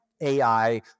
AI